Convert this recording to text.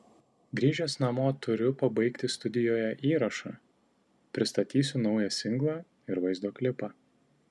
grįžęs namo turiu pabaigti studijoje įrašą pristatysiu naują singlą ir vaizdo klipą